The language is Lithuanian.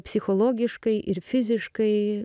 psichologiškai ir fiziškai